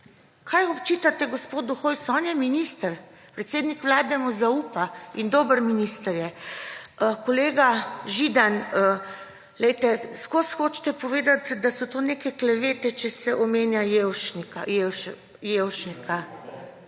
Kaj očitate gospodu Hojsu? On je minister. Predsednik Vlade mu zaupa in dober minister je. Kolega Židan, poglejte, vseskozi hočete povedati, da so to neke klevete, če se omenja Jevšnika,